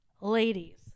ladies